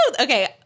okay